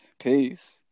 Peace